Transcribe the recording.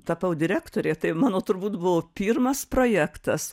tapau direktore tai mano turbūt buvo pirmas projektas